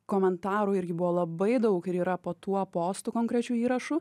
komentarų irgi buvo labai daug ir yra po tuo postu konkrečiu įrašu